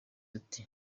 ati